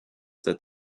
that